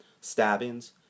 stabbings